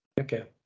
Okay